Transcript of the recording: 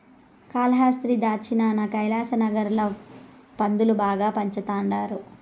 కాలాస్త్రి దచ్చినాన కైలాసనగర్ ల పందులు బాగా పెంచతండారు